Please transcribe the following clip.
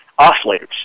oscillators